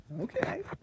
Okay